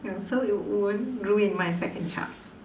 so it won't ruin my second chance